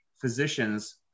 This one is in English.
physicians